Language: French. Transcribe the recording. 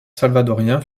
salvadorien